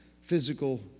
physical